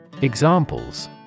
Examples